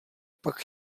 pak